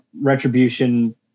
Retribution